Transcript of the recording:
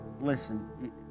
listen